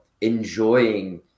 enjoying